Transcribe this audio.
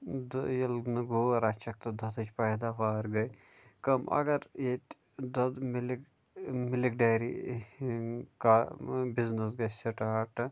تہٕ ییٚلہِ نہٕ گٲو رَچھَکھ تہٕ دۄدھٕچۍ پیداوار گٔے کَم اگر ییٚتہِ دۄدھ مِلِک ٲں مِلِک ڈیری ٲں کا بِزنیٚس گژھہِ سٹارٹ